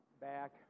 back